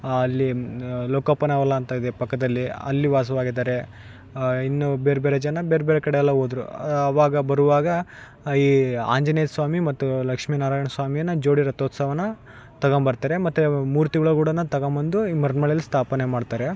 ಆ ಅಲ್ಲಿ ಲೋಕಪ್ಪನ ಹೊಲ ಅಂತ ಇದೆ ಪಕ್ಕದಲ್ಲಿ ಅಲ್ಲಿ ವಾಸವಾಗಿದ್ದಾರೆ ಇನ್ನು ಬೇರೆಬೇರೆ ಜನ ಬೇರೆಬೇರೆ ಕಡೆ ಎಲ್ಲ ಹೋದ್ರು ಅವಾಗ ಬರುವಾಗ ಈ ಆಂಜನೇಯ ಸ್ವಾಮಿ ಮತ್ತು ಲಕ್ಷ್ಮಿ ನಾರಾಯಣ ಸ್ವಾಮಿ ಜೋಡಿ ರಥೋತ್ಸವ ತಗೊಂಬರ್ತಾರೆ ಮತ್ತು ಮೂರ್ತಿಗಳುಕೂಡ ತಗೊಂಬಂದು ಈ ಮರಿಯಮ್ನಳ್ಳಿಯಲ್ ಸ್ಥಾಪನೆ ಮಾಡ್ತಾರೆ